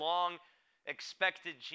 Long-Expected